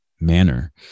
manner